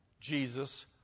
Jesus